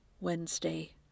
Wednesday